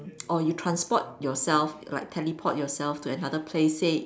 or you transport yourself like teleport yourself to another place say